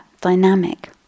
dynamic